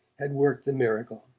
had worked the miracle